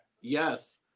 Yes